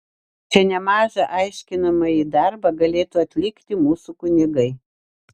čia nemažą aiškinamąjį darbą galėtų atlikti mūsų kunigai